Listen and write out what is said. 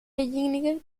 derjenige